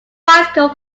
bicycle